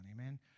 Amen